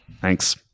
Thanks